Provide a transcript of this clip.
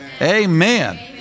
Amen